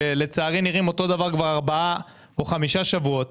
שלצערי נראים אותו דבר כבר ארבעה או חמישה שבועות